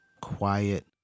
quiet